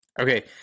Okay